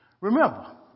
Remember